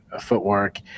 footwork